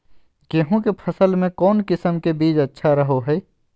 गेहूँ के फसल में कौन किसम के बीज अच्छा रहो हय?